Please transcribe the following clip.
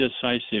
decisive